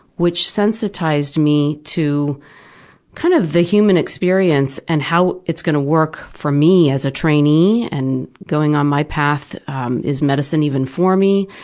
which sensitized me to kind of the human experience and how it's going to work for me as a trainee and going on my path is medicine even for me?